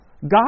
God